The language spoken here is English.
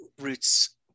roots